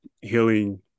healing